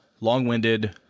long-winded